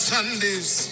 Sunday's